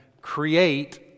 create